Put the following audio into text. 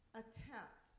attempt